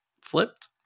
flipped